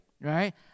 right